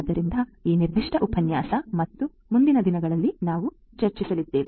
ಆದ್ದರಿಂದ ಈ ನಿರ್ದಿಷ್ಟ ಉಪನ್ಯಾಸ ಮತ್ತು ಮುಂದಿನ ದಿನಗಳಲ್ಲಿ ನಾವು ಚರ್ಚಿಸಲಿದ್ದೇವೆ